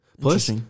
Plus